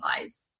lies